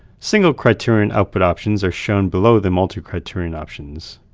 single-criterion output options are shown below the multi-criterion options.